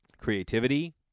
creativity